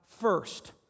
first